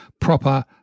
proper